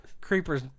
Creeper's